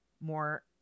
more